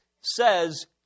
says